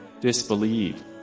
disbelieve